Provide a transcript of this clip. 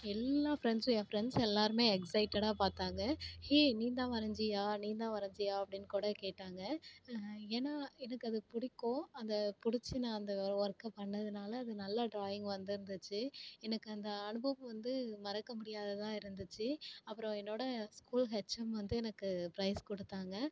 எல்லா ஃப்ரெண்ட்ஸும் ஏன் ஃப்ரெண்ட்ஸ் எல்லோருமே எக்ஸைட்டடாக பார்த்தாங்க ஹே நீ தான் வரைஞ்சியா நீ தான் வரைஞ்சியா அப்படின்னு கூட கேட்டாங்கள் ஏன்னால் எனக்கு அது பிடிக்கும் அதை பிடிச்சி நான் அந்த ஒர்க்கை பண்ணதுனால அது நல்லா ட்ராயிங் வந்துருந்துச்சு எனக்கு அந்த அனுபவம் வந்து மறக்க முடியாததாக இருந்துச்சு அப்புறோம் என்னோடய ஸ்கூல் ஹெச்எம் வந்து எனக்கு ப்ரைஸ் கொடுத்தாங்க